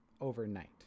overnight